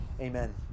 Amen